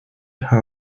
her